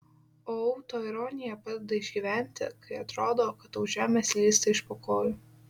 o autoironija padeda išgyventi kai atrodo kad tau žemė slysta iš po kojų